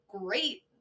great